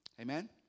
Amen